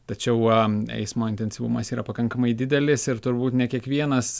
tačiau eismo intensyvumas yra pakankamai didelis ir turbūt ne kiekvienas